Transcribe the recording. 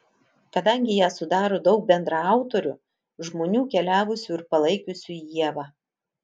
kadangi ją sudaro daug bendraautorių žmonių keliavusių ir palaikiusių ievą